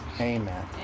Amen